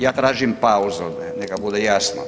Ja tražim pauzu neka bude jasno.